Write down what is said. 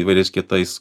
įvairiais kitais